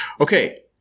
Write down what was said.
Okay